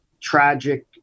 tragic